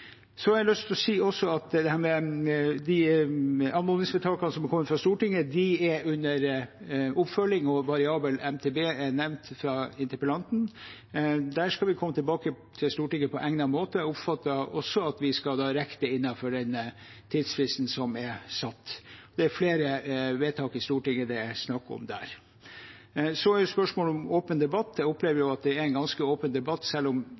Så har jeg lyst til si at de anmodningsvedtakene som har kommet fra Stortinget, er under oppfølging, og variabel MTB er nevnt fra interpellanten. Der skal vi komme tilbake til Stortinget på egnet måte, og jeg oppfatter også at vi skal rekke det innenfor den tidsfristen som er satt. Det er flere vedtak i Stortinget det er snakk om der. Så til spørsmålet om åpen debatt. Jeg opplever at det er en ganske åpen debatt. Selv om vi legger fram en havbruksstrategi istedenfor en stortingsmelding, handler det også om